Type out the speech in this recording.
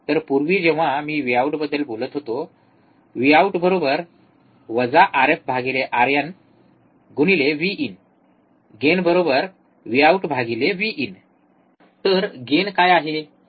तर पूर्वी जेव्हा मी Vou बद्दल बोलत होतो Vout Rf Rin गुणिले तर गेन काय आहे